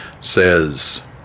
says